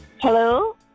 Hello